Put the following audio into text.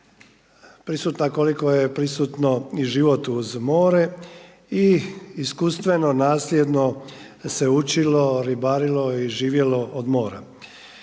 prisutna koliko je prisutno i život uz more i iz iskustveno nasljedno se učilo, ribarilo i živjelo od mora.